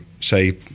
say